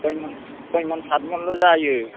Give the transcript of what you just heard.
सय मन साथ मन ल' जायो